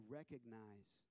recognize